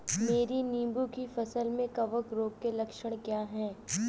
मेरी नींबू की फसल में कवक रोग के लक्षण क्या है?